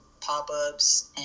pop-ups